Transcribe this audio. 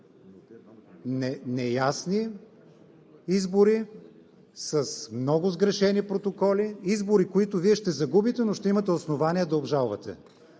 неясни избори, с много сгрешени протоколи, избори, които ще загубите, но ще имате основание да обжалвате.